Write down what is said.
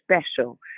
special